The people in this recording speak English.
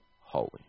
holy